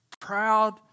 Proud